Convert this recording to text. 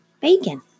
bacon